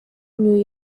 new